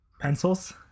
Pencils